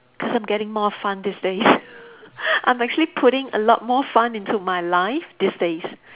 because I'm getting more fun these days I'm actually putting a lot more fun into my life these days